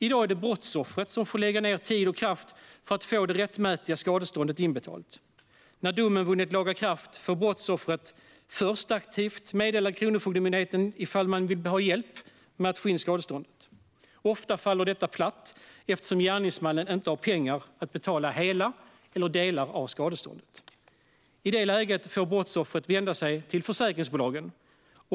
I dag är det brottsoffret som får lägga ner tid och kraft för att få det rättmätiga skadeståndet inbetalt. När domen vunnit laga kraft får brottsoffret först aktivt meddela Kronofogdemyndigheten ifall man vill ha hjälp med att få in skadeståndet. Ofta faller detta platt, eftersom gärningsmannen inte har pengar att betala hela eller delar av skadeståndet. I det läget får brottsoffret vända sig till försäkringsbolagen.